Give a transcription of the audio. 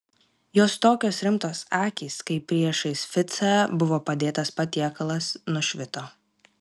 jos tokios rimtos akys kai priešais ficą buvo padėtas patiekalas nušvito